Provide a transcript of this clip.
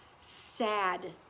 sad